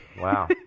Wow